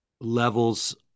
levels